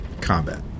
combat